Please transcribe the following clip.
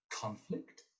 conflict